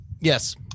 Yes